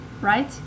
right